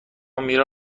میرن